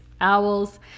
owls